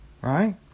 right